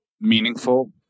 meaningful